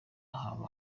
haba